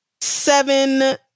seven